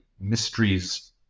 mysteries